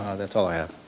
ah that's all i have.